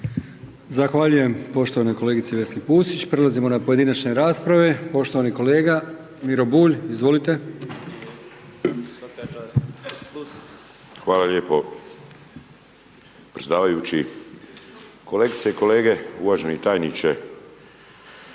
Zahvaljujem poštovanoj kolegici Vesni Pusić. Prelazimo na pojedinačne rasprave, poštovani kolega Miro Bulj, izvolite. **Bulj, Miro (MOST)** Hvala lijepo predsjedavajući, kolegice i kolege, uvaženi tajniče,